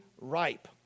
ripe